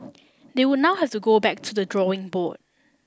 they would now have to go back to the drawing board